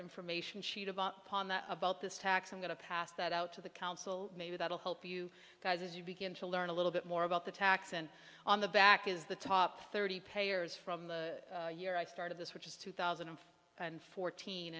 information sheet of about this tax i'm going to pass that out to the council maybe that will help you guys as you begin to learn a little bit more about the tax and on the back is the top thirty payers from the year i started this which is two thousand and fourteen